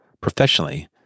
Professionally